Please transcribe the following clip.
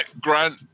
Grant